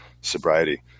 sobriety